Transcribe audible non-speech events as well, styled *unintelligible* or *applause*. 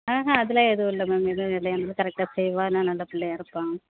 ஆஹான் அதெல்லாம் எதுவும் இல்லை மேம் எதுவும் இல்லை *unintelligible* கரெக்டாக செய்வான் நல்ல பிள்ளையாக இருப்பான்